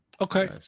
Okay